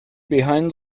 behind